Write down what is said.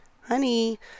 Honey